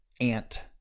ant